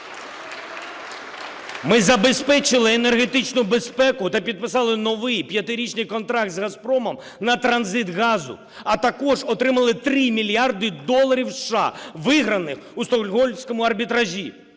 Ми забезпечили енергетичну безпеку та підписали новий 5-річний контракт з "Газпромом" на транзит газу, а також отримали 3 мільярди доларів США, виграних у Стокгольмському арбітражі.